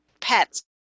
pets